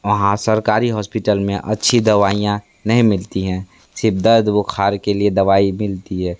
वहाँ सरकारी हॉस्पिटल में अच्छी दवाइयाँ नहीं मिलती हैं सिर्फ़ दर्द बुखार के लिए दवाई मिलती है